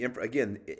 Again